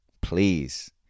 Please